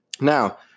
Now